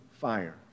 fire